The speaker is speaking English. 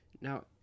now